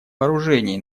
вооружений